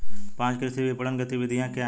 पाँच कृषि विपणन गतिविधियाँ क्या हैं?